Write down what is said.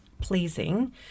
pleasing